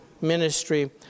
ministry